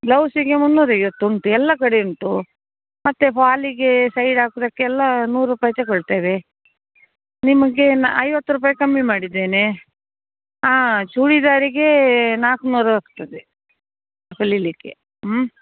ಬ್ಲೌಸಿಗೆ ಮುನ್ನೂರ ಐವತ್ರು ಉಂಟು ಎಲ್ಲ ಕಡೆ ಉಂಟು ಮತ್ತು ಫಾಲಿಗೆ ಸೈಡ್ ಹಾಕುವುದಕ್ಕೆ ಎಲ್ಲ ನೂರು ರೂಪಾಯಿ ತಗೊಳ್ತೇವೆ ನಿಮಗೆ ನ ಐವತ್ತು ರೂಪಾಯಿ ಕಮ್ಮಿ ಮಾಡಿದ್ದೇನೆ ಹಾಂ ಚೂಡಿದಾರಿಗೆ ನಾಲ್ಕು ನೂರು ಆಗ್ತದೆ ಹೊಲೀಲಿಕ್ಕೆ ಹ್ಞೂ